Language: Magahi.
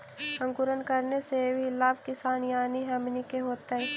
अंकुरण करने से की लाभ किसान यानी हमनि के होतय?